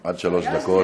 עד שלוש דקות.